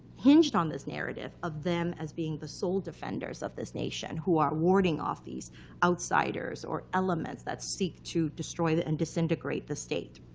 hinged on this narrative of them as being the sole defenders of this nation, who are warding off these outsiders or elements that seek to destroy and disintegrate the state.